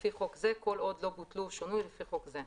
לפי חוק זה, כל עוד לא בוטלו או שונו לפי חוק זה.